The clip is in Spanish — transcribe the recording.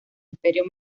imperio